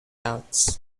outs